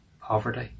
poverty